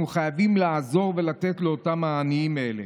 חייבים לעזור ולתת לאותם העניים האלה,